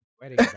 wedding